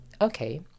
okay